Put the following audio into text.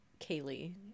Kaylee